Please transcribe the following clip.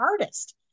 artist